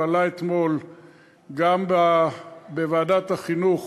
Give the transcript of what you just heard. הוא עלה אתמול גם בישיבת ועדת החינוך